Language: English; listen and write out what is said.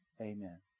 Amen